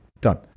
Done